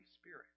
Spirit